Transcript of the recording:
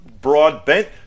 Broadbent